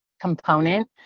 component